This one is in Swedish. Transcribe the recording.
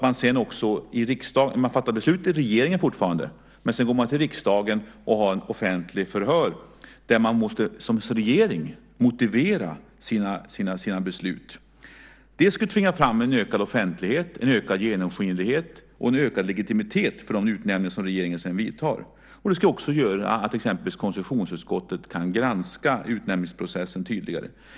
Man fattar fortfarande beslut i regeringen, men sedan går man till riksdagen och har ett offentligt förhör där man som regering måste motivera sina beslut. Det skulle tvinga fram en ökad offentlighet, en ökad genomskinlighet och en ökad legitimitet för de utnämningar som regeringen sedan gör. Det skulle också göra att exempelvis konstitutionsutskottet kan granska utnämningsprocessen tydligare.